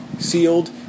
Sealed